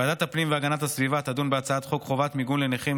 ועדת הפנים והגנת הסביבה תדון בהצעת חוק חובת מיגון לנכים,